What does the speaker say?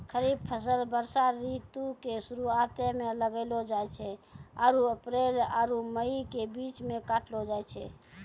खरीफ फसल वर्षा ऋतु के शुरुआते मे लगैलो जाय छै आरु अप्रैल आरु मई के बीच मे काटलो जाय छै